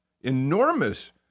enormous